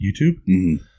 YouTube